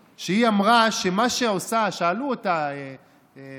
רות אלמגור רמון, שהיא אמרה, שאל אותה חיים